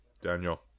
Daniel